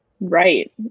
Right